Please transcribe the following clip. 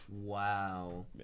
Wow